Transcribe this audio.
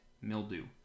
mildew